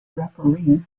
referee